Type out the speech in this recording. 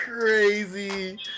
crazy